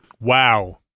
Wow